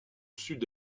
sud